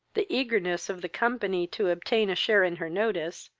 the eagerness of the company to obtain a share in her notice,